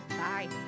Bye